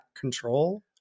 Control